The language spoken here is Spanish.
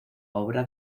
obra